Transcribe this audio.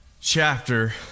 chapter